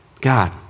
God